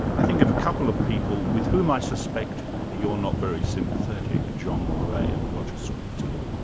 i think of a couple of people with whom i suspect you're not very sympathetic john grey and roger scruton.